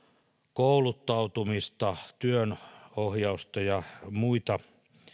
kouluttautumista työnohjausta ja muita